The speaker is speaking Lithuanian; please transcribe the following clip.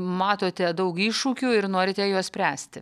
matote daug iššūkių ir norite juos spręsti